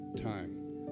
time